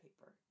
paper